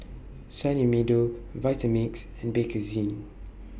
Sunny Meadow Vitamix and Bakerzin